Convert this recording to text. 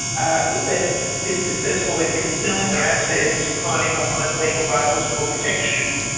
ah that they've been successful in concealing their assets and hiding behind legal veils for protection.